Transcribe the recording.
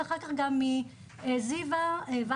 ואחר כך גם מזיוה וייצמן,